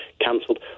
cancelled